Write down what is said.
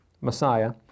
Messiah